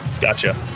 Gotcha